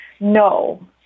No